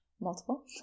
multiple